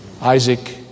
Isaac